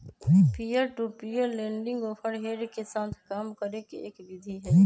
peer to peer lending overhead के साथ काम करे के एक विधि हई